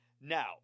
Now –